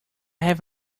have